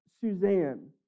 Suzanne